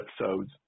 episodes